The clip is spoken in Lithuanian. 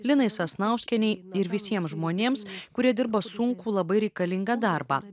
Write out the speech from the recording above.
linai sasnauskienei ir visiem žmonėms kurie dirba sunkų labai reikalingą darbą